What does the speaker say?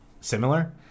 similar